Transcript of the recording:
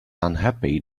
unhappy